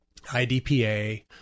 IDPA